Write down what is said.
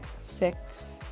six